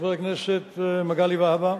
חבר הכנסת מגלי והבה,